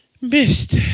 missed